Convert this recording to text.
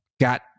got